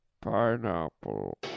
pineapple